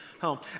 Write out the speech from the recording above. home